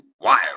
Wild